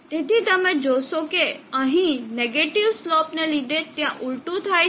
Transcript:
તેથી તમે જોશો કે અહીં આ નેગેટીવ સ્લોપને લીધે ત્યાં ઊલટું થાય છે